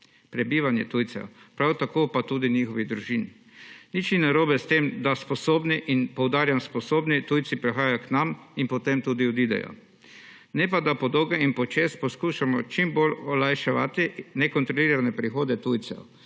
prebivanje tujcev, prav tako pa tudi njihovih družin. Nič ni narobe s tem, da sposobni, poudarjam, sposobni tujci prihajajo k nam in potem tudi odidejo. Ne pa, da po dolgem in počez poskušamo čim bolj olajšati nekontrolirane prihode tujcev,